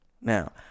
Now